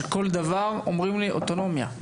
שכל דבר אומרים לי אוטונומיה.